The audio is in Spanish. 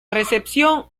recepción